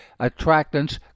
attractants